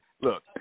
look